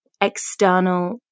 external